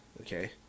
Okay